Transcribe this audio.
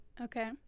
Okay